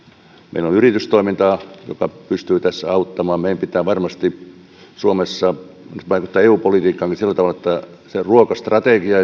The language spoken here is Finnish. meillä on yritystoimintaa joka pystyy tässä auttamaan meidän pitää varmasti suomessa nyt vaikuttaa eu politiikkaankin sillä tavalla että esimerkiksi sen ruokastrategiaa